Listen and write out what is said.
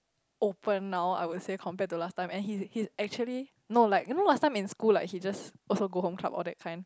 open now I would say compared to last time and he's he's actually no like you know last time in school like he just also go Home Club all that kind